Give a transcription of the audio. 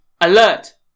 alert